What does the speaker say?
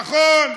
נכון.